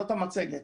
זאת המצגת.